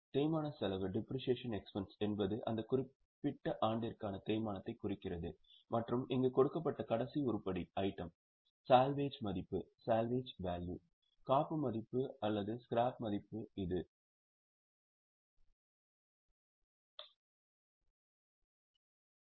தேய்மானச் செலவு என்பது அந்த குறிப்பிட்ட ஆண்டிற்கான தேய்மானத்தைக் குறிக்கிறது மற்றும் இங்கு கொடுக்கப்பட்ட கடைசி உருப்படி சால்வேஜ் மதிப்பு சால்வேஜ் மதிப்பு அல்லது ஸ்கிராப் மதிப்பு எனலாம்